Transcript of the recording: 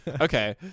okay